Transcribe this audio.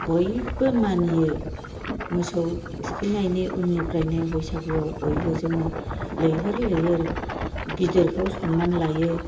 बयबो मानियो मोसौ थुखैनायनि उननिफ्रायनो बैसागुआव बयबो जोङो लैहोर लैहोर गिदिरखौ सनमान लायो